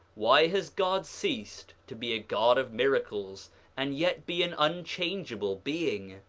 why has god ceased to be a god of miracles and yet be an unchangeable being?